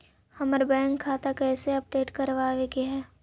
हमर बैंक खाता कैसे अपडेट करबाबे के है?